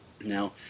now